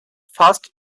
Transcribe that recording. first